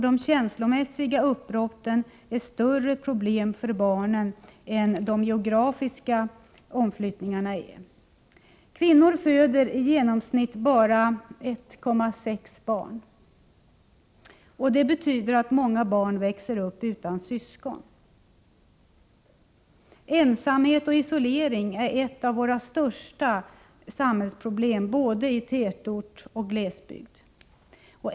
De känslomässiga uppbrotten Onsdagen den är större problem för barnen än vad de geografiska omflyttningarna är. 24 april 1985 Kvinnor föder i genomsnitt bara 1,6 barn. Det betyder att många barn växer upp utan syskon. Barnomsorgen, Ensamhet och isolering är ett av våra största samhällsproblem både i tätort —» m. och i glesbygd.